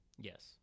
Yes